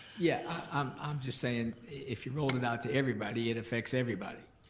yeah, i'm um just saying, if you rolled it out to everybody, it affects everybody.